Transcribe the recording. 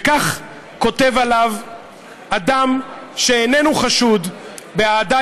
וכך כותב עליו אדם שאיננו חשוד באהדה